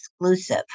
exclusive